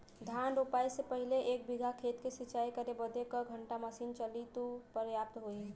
धान रोपाई से पहिले एक बिघा खेत के सिंचाई करे बदे क घंटा मशीन चली तू पर्याप्त होई?